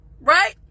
right